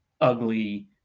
ugly